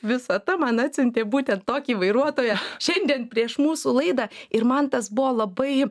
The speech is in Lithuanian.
visata man atsiuntė būtent tokį vairuotoją šiandien prieš mūsų laidą ir man tas buvo labai